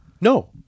No